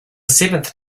seventh